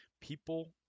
people